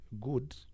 good